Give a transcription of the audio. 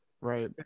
right